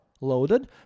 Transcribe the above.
loaded